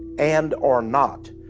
and are not,